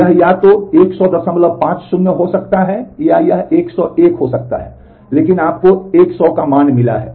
यह या तो 10050 हो सकता है या यह 101 हो सकता है लेकिन आपको 100 का मान मिला है